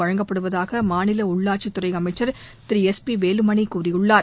வழங்கப்படுவதாக மாநில உள்ளாட்சித்துறை அமைச்சர் திரு எஸ் பி வேலுமணி கூறியுள்ளார்